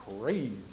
crazy